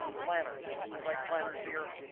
planners, site planners here.